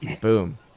Boom